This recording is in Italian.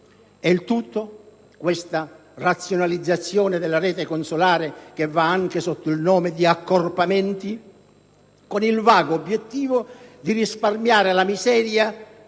E il tutto - questa cosiddetta "razionalizzazione" della rete consolare che va anche sotto il nome di "accorpamenti" - con il vago obiettivo di risparmiare la miseria